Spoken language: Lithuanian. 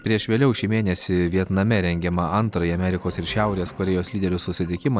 prieš vėliau šį mėnesį vietname rengiamą antrąjį amerikos ir šiaurės korėjos lyderių susitikimą